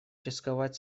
рисковать